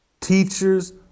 Teachers